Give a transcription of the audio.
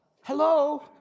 Hello